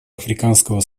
африканского